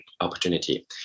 opportunity